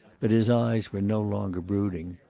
but his eyes were no longer brooding.